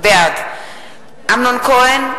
בעד אמנון כהן,